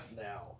now